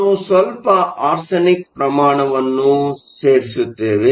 ನಾವು ಸ್ವಲ್ಪ ಆರ್ಸೆನಿಕ್ ಪ್ರಮಾಣವನ್ನು ಸೇರಿಸುತ್ತೇವೆ